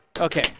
Okay